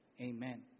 Amen